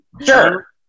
Sure